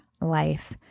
life